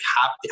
happy